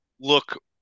look